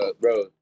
bro